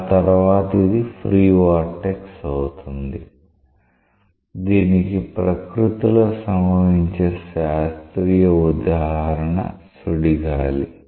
ఆ తర్వాత ఇది ఫ్రీ వొర్టెక్స్ అవుతుంది దీనికి ప్రకృతిలో సంభవించే శాస్త్రీయ ఉదాహరణ సుడిగాలి